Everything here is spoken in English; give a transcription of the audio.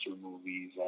movies